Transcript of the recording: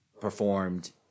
performed